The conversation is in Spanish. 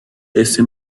ese